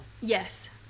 Yes